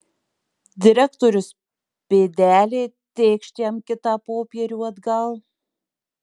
direktorius pėdelė tėkšt jam kitą popierių atgal